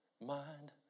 mind